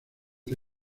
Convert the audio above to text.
que